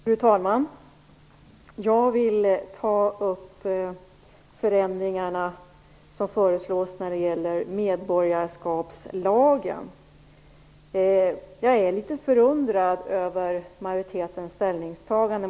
Fru talman! Jag vill ta upp de förändringar som föreslås när det gäller medborgarskapslagen. Jag är litet förundrad över majoritetens ställningstagande.